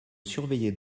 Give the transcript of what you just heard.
surveillait